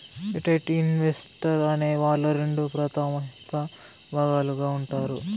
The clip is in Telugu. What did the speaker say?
రిటైల్ ఇన్వెస్టర్ అనే వాళ్ళు రెండు ప్రాథమిక భాగాలుగా ఉంటారు